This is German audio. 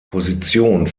position